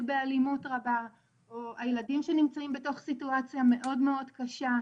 באלימות רבה או הילדים שנמצאים בתוך סיטואציה מאוד מאוד קשה.